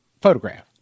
photograph